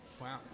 Wow